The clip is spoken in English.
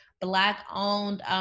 Black-owned